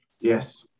Yes